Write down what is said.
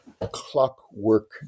clockwork